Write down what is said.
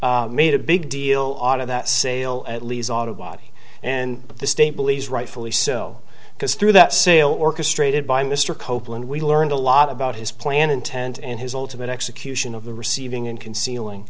made a big deal out of that sale at leas auto body and the state believes rightfully so because through that sale orchestrated by mr copeland we learned a lot about his plan intent and his ultimate execution of the receiving and concealing